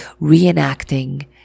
reenacting